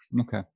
Okay